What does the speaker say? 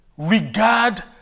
Regard